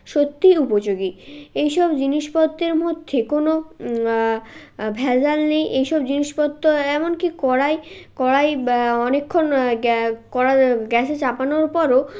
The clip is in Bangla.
সত্যিই উপযোগী এইসব জিনিসপত্রের মধ্যে কোনো ভেজাল নেই এইসব জিনিসপত্র এমনকি কড়াই কড়াই অনেকক্ষণ গ্যা কড়া গ্যাসে চাপানোর পরও